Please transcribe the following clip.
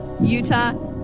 Utah